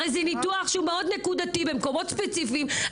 זה ניתוח מאוד נקודתי ובמקומות ספציפיים.